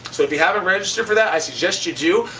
so if you haven't registered for that, i suggest you do.